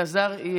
אלעזר,